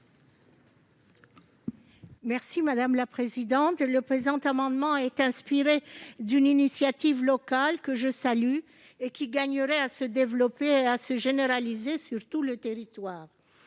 est à Mme Esther Benbassa. Le présent amendement est inspiré d'une initiative locale, que je salue, et qui gagnerait à se développer et à se généraliser à tout le territoire.